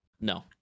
No